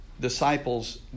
disciples